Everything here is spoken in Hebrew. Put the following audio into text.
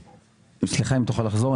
סליחה, אם תוכל לחזור.